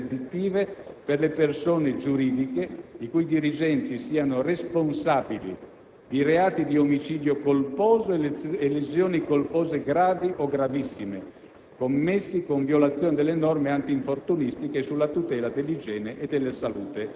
l'articolo 9 sono state introdotte apposite sanzioni pecuniarie interdittive per le persone giuridiche i cui dirigenti siano responsabili di reati di omicidio colposo e lesioni colpose gravi o gravissime